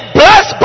bless